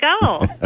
go